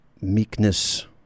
meekness